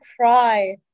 cry